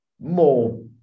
More